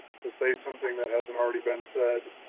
to say something that hasn't already been said,